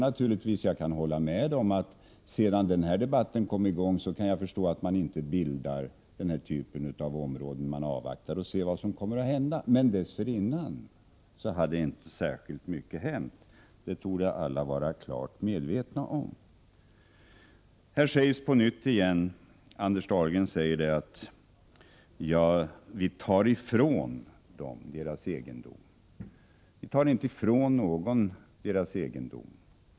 Jag kan hålla med om att sedan den här debatten kom i gång är det förståeligt att man inte bildar fiskevårdsområden utan avvaktar för att se vad som kommer att hända. Men dessförinnan hade inte så särskilt mycket hänt, det torde alla vara klart medvetna om. Anders Dahlgren säger att vi tar ifrån människor deras egendom. Vi tar inte ifrån någon hans egendom.